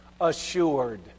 Assured